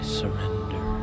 surrender